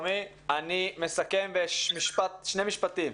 אני מסכם בשני משפטים.